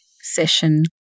session